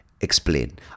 explain